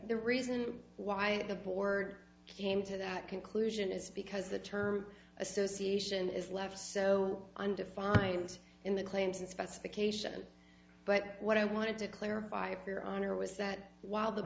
the reason why the board came to that conclusion is because the term association is left so undefined in the claim to specification but what i wanted to clarify of your honor was that while the